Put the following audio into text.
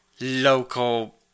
Local